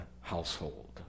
household